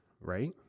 right